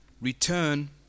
return